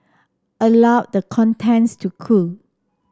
allow the contents to cool